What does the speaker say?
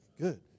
good